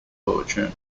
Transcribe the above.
fortune